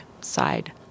side